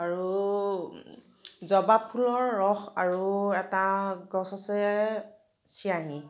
আৰু জবা ফুলৰ ৰস আৰু এটা গছ আছে চিয়াঁহী